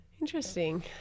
Interesting